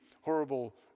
horrible